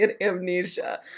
amnesia